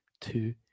two